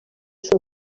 són